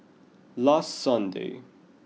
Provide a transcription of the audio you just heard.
last sunday